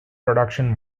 production